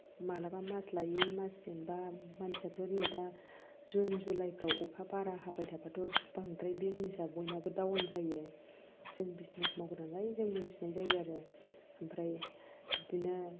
मालाबा मास लायै मास जेनेबा मानसियाथ' नै दा जुन जुलाइ फ्राव अखा बारा हाबाय थाबाथ' बांद्राय बिजनेसा बयनाबो दाउन जायो जों बिजनेस मावग्रा नालाय जों मोन्थिनाय जायो आरो ओमफ्राय बिदिनो